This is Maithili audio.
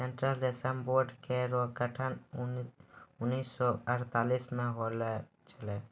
सेंट्रल रेशम बोर्ड केरो गठन उन्नीस सौ अड़तालीस म होलो छलै